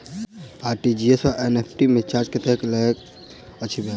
RTGS आओर NEFT मे charge कतेक लैत अछि बैंक?